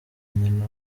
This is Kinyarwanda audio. nyina